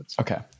okay